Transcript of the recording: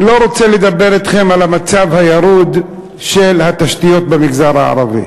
אני לא רוצה לדבר אתכם על המצב הירוד של התשתיות במגזר הערבי